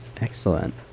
Excellent